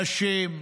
נשים,